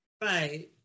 Right